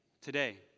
today